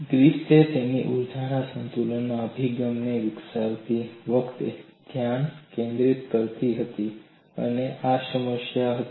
Griffith તેની ઊર્જા સંતુલન અભિગમ વિકસાવતી વખતે ધ્યાન કેન્દ્રિત કરતી હતી ત્યારે આ સમસ્યા હતી